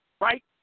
Right